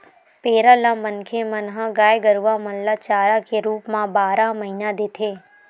पेरा ल मनखे मन ह गाय गरुवा मन ल चारा के रुप म बारह महिना देथे